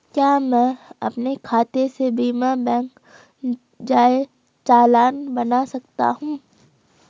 क्या मैं अपने खाते से बिना बैंक जाए चालान बना सकता हूँ?